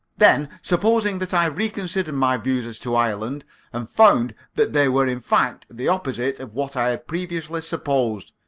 then, supposing that i reconsidered my views as to ireland and found that they were in fact the opposite of what i had previously supposed,